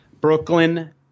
brooklyn